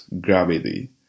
gravity